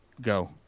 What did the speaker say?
go